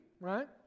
right